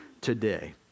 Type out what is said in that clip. today